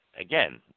again